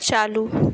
चालू